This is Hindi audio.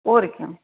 और क्या